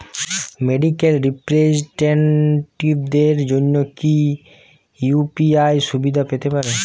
Medical রিপ্রেজন্টেটিভদের জন্য কি ইউ.পি.আই সুবিধা পেতে পারে?